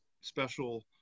special